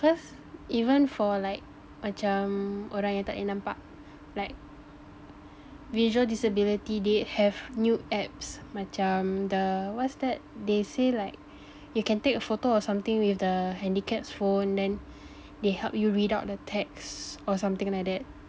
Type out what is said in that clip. cause even for like macam orang yang tak boleh nampak like visual disability they have new apps macam the what's that they say like you can take a photo or something with the handicapped phone then they help you read out the text or something like that